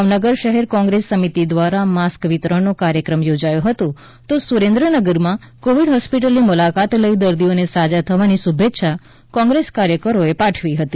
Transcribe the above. ભાવનગર શહેર કોંગ્રેસ સમિતિ દ્વારા માસ્ક વિતરણનો કાર્યક્રમ યોજાયો હતો તો સુરેન્દ્રનગરમાં કોવિ ડ હોસ્પિટલની મુલાકાત લઈ દર્દીઓને સાજા થવાની શુભેછા કોંગ્રેસ કાર્યકરોએ પાઠવી હતી